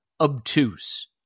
obtuse